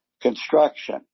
Construction